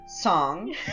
Song